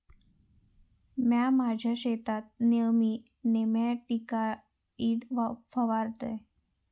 म्या माझ्या शेतात नेयमी नेमॅटिकाइड फवारतय